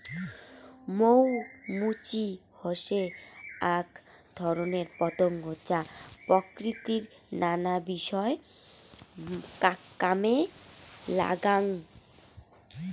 মৌ মুচি হসে আক ধরণের পতঙ্গ যা প্রকৃতির নানা বিষয় কামে লাগাঙ